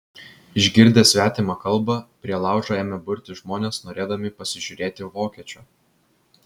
išgirdę svetimą kalbą prie laužo ėmė burtis žmonės norėdami pasižiūrėti vokiečio